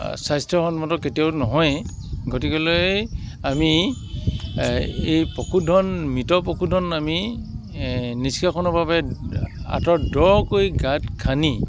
স্বাস্থ্য সন্মত কেতিয়াও নহয়েই গতিকেলৈ আমি এই পশুধন মৃত পশুধন আমি নিষ্কাশনৰ বাবে আঁতৰত দ কৰি গাঁত খান্দি